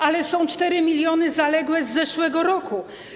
Ale są 4 mln zaległe z zeszłego roku.